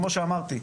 כמו שאמרתי,